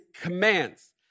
commands